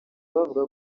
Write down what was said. bavuga